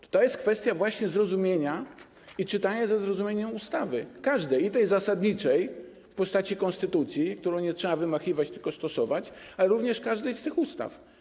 To jest kwestia właśnie zrozumienia i czytania ze zrozumieniem ustawy, każdej, i tej zasadniczej, w postaci konstytucji, którą nie trzeba wymachiwać, tylko trzeba stosować, i każdej innej ustawy.